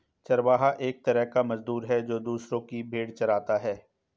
चरवाहा एक तरह का मजदूर है, जो दूसरो की भेंड़ चराता है